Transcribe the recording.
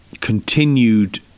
continued